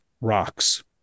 rocks